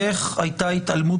איך הייתה התעלמות